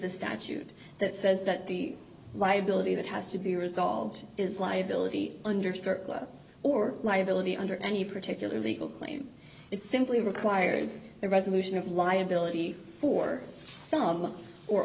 the statute that says that the liability that has to be resolved is liability under circle or liability under any particular legal claim it's simply requires the resolution of liability for some or